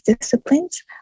disciplines